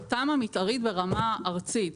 התמ"א היא תמ"א מתארית ברמה ארצית,